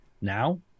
Now